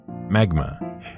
Magma